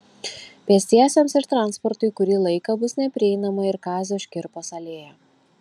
pėstiesiems ir transportui kurį laiką bus neprieinama ir kazio škirpos alėja